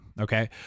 Okay